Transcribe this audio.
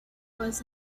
was